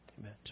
amen